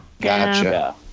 Gotcha